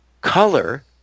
Color